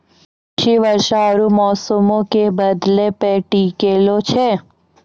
कृषि वर्षा आरु मौसमो के बदलै पे टिकलो छै